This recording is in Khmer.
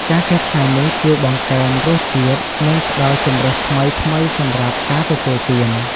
ការកែច្នៃនេះជួយបង្កើនរសជាតិ និងផ្តល់ជម្រើសថ្មីៗសម្រាប់ការទទួលទាន។